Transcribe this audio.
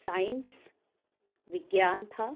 science وگیان تھا